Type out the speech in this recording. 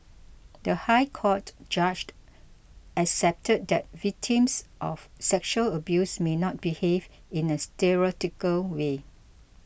the High Court judge accepted that victims of sexual abuse may not behave in a stereotypical way